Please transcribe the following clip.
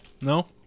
No